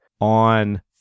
on